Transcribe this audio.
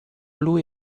lui